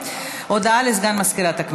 נתקבלה.